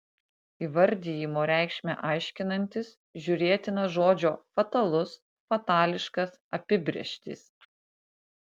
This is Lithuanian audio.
įvardijimo reikšmę aiškinantis žiūrėtina žodžio fatalus fatališkas apibrėžtys